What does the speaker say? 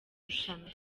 rushanwa